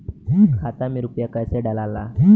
खाता में रूपया कैसे डालाला?